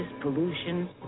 pollution